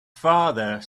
father